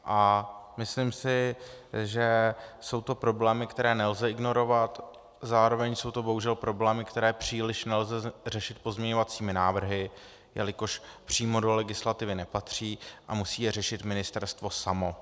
A myslím si, že jsou to problémy, které nelze ignorovat, zároveň jsou to bohužel problémy, které příliš nelze řešit pozměňovacími návrhy, jelikož přímo do legislativy nepatří a musí je řešit ministerstvo samo.